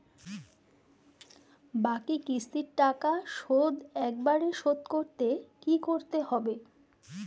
বাকি কিস্তির টাকা শোধ একবারে শোধ করতে কি করতে হবে?